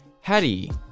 Hattie